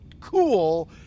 cool